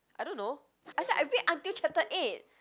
I don't know I say I read until chapter eight